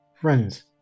friends